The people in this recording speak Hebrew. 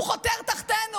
הוא חותר תחתינו.